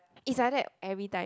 is like that everytime